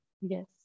Yes